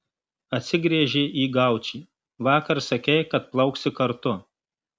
atsigręžė į gaučį vakar sakei kad plauksi kartu